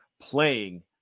playing